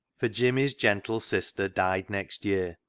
for jimmy's gentle sister died next year,